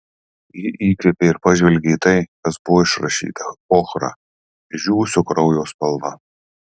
ji įkvėpė ir pažvelgė į tai kas buvo išrašyta ochra išdžiūvusio kraujo spalva